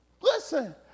Listen